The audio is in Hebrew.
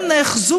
הם נאחזו